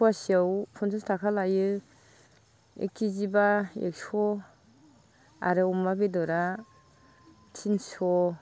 पवासेयाव पन्सास थाखा लायो एक केजिब्ला एकस' आरो अमा बेदरा तिनस'